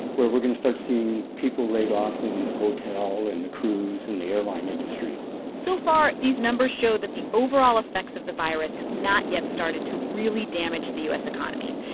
where we're going to start seeing people laid off in the hotel and the cruise and the airline industries so far, these numbers show that the overall effects of the virus have not yet started to really damage the u s. economy,